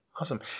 Awesome